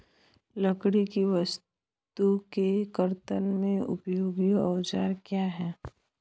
लकड़ी की वस्तु के कर्तन में उपयोगी औजार क्या हैं?